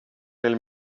nel